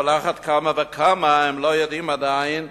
ועל אחת כמה וכמה הם לא יודעים עדיין